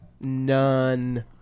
none